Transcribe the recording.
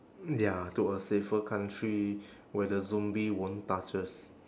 ya to a safer country where the zombie won't touch us